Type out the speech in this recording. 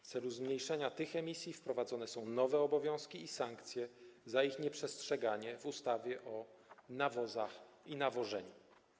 W celu zmniejszenia tych emisji wprowadzone są nowe obowiązki i sankcje za ich nieprzestrzeganie w ustawie o nawozach i nawożeniu.